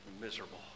miserable